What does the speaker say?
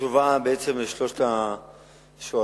התשובה בעצם לשלושת השואלים,